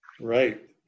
Right